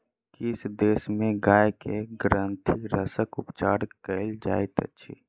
किछ देश में गाय के ग्रंथिरसक उपचार कयल जाइत अछि